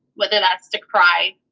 whether that's to cry